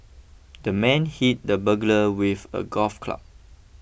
the man hit the burglar with a golf club